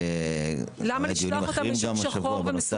למה לשלוח אותם לשוק שחור ומסוכן?